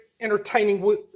entertaining